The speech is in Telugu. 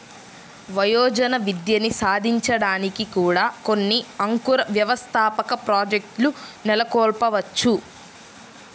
వయోజన విద్యని సాధించడానికి కూడా కొన్ని అంకుర వ్యవస్థాపక ప్రాజెక్ట్లు నెలకొల్పవచ్చు